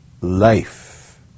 life